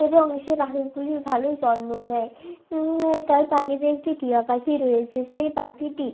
এবং সে পাখিগুলির ভালোই যত্ন নেয় তার পাখিতে একটি টিয়া পাখি রয়েছে সেই পাখিটি